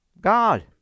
God